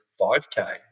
5K